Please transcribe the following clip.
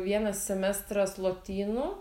vienas semestras lotynų